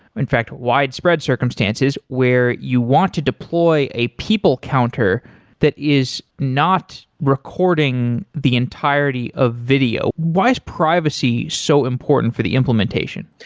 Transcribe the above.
in fact, widespread circumstances where you want to deploy a people counter that is not recording the entirety of video. why is privacy so important for the implementation?